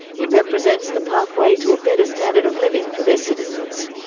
it represents the pathway to a better standard of living for their citizens.